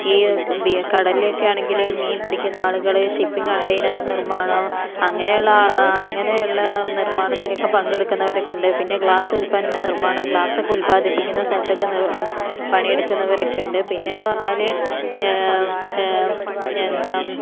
ഈ ബി കടലിലക്കയാണങ്കില് മീൻ പിടിക്കുന്നു ആളുകള് ഷിപ്പിംഗ് കണ്ടെയ്നർ നിർമ്മാണം അങ്ങനെയുള്ള അങ്ങനെയുള്ള നിർമ്മാണത്തിലൊക്കെ പങ്കെടുക്കുന്നവരൊക്കെ ഉണ്ട് പിന്നെ ഗ്ലാസ് ഉല്പന്ന നിർമ്മാണം ഗ്ലാസ്സൊക്കെ ഉൽപാദിപ്പിക്കുന്ന സ്ഥലത്തൊക്കെ നിർ പണിയെടുക്കുന്നവരൊക്കെ ഉണ്ട് പിന്നെന്ന് പറഞ്ഞാല് പിന്നെന്താ